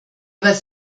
was